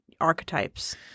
archetypes